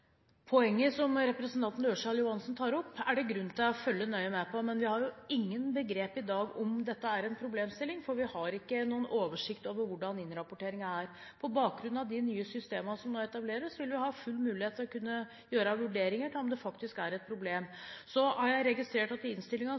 Poenget som representanten Ørsal Johansen tar opp, er det grunn til å følge nøye med på. Men vi har ingen begrep i dag om hvorvidt dette er en problemstilling, for vi har ikke noen oversikt over hvordan innrapporteringen er. På bakgrunn av de nye systemene som nå etableres, vil vi ha full mulighet til å kunne gjøre vurderinger av om det faktisk er et problem. Jeg har registrert at Fremskrittspartiet i